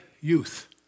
youth